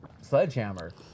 sledgehammer